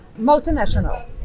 Multinational